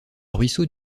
ruisseau